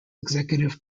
executive